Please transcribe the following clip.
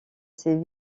ses